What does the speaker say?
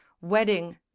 wedding